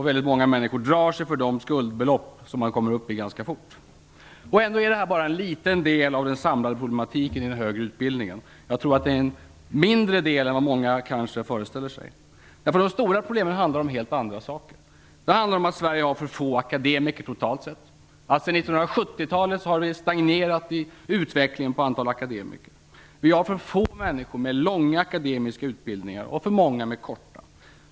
Väldigt många människor drar sig för de skuldbelopp som man ganska fort kommer upp i. Ändå är detta bara en liten del av den samlade problematiken i den högre utbildningen. Jag tror att det är en mindre del än vad många kanske föreställer sig. De stora problemen handlar om helt andra saker. De handlar om att Sverige har för få akademiker totalt sett. Sedan 1970-talet har utvecklingen av antalet akademiker stagnerat. Vi har för få människor med långa akademiska utbildningar och för många med korta.